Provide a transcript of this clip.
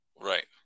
Right